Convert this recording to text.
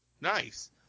Nice